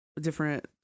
different